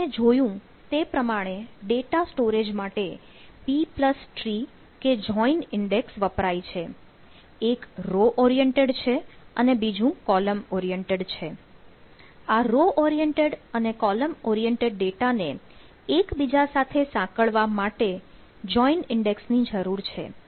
તો આપણે જોયું તે પ્રમાણે ડેટા સ્ટોરેજ માટે B પ્લસ ટ્રી કે જોઇન ની જરૂર છે